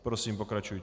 Prosím, pokračujte.